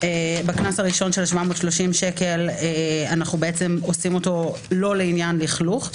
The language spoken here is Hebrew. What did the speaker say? בקנס הראשון של 730 ש"ח אנחנו עושים אותו לא לעניין לכלוך,